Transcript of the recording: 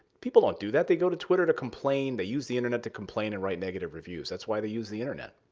people don't do that. they go to twitter to complain. they use the internet to complain and write negative reviews. that's why they use the internet.